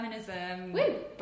feminism